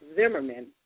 Zimmerman